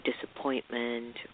disappointment